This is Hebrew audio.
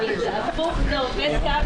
הישיבה ננעלה בשעה